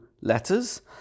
letters